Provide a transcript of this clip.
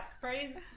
praise